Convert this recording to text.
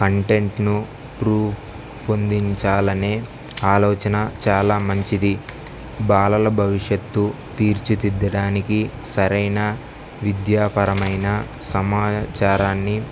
కంటెంట్ను ప్రూవ్ పొందించాలనే ఆలోచన చాలా మంచిది బాలల భవిష్యత్తు తీర్చితిద్దడానికి సరైన విద్యాపరమైన సమాచారాన్ని